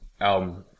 album